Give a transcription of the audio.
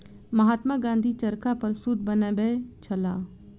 महात्मा गाँधी चरखा पर सूत बनबै छलाह